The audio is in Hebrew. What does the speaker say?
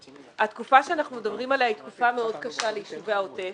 התקופה שאנחנו מדברים עליה היא תקופה מאוד קשה ליישובי העוטף